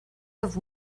have